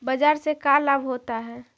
बाजार से का लाभ होता है?